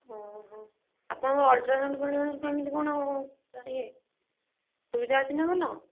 ହଁ ହଁ ଆପଣଙ୍କର ଅଲଟ୍ରାସାଉଣ୍ଡ ଫଲଟ୍ରାସାଉଣ୍ଡ କେମିତି କ'ଣ କରିବେ ସୁବିଧା ଅଛିନା ଭଲ